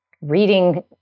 reading